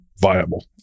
Viable